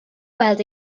gweld